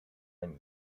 ami